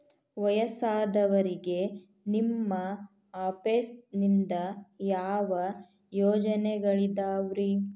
ವಯಸ್ಸಾದವರಿಗೆ ನಿಮ್ಮ ಆಫೇಸ್ ನಿಂದ ಯಾವ ಯೋಜನೆಗಳಿದಾವ್ರಿ?